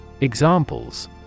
Examples